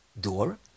door